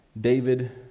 David